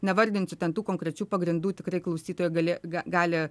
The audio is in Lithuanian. nevardinsiu ten tų konkrečių pagrindų tikrai klausytojai galė ga gali